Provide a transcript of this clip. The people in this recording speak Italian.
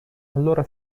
allora